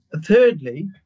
thirdly